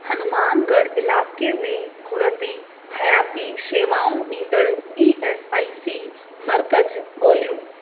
हनुमानगढ़ इलाइक़े में ख़ुरदी हयाती शेवाऊं ॾींदड़ ई एस आई सी मर्कज़ ॻोल्हियूं